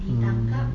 mm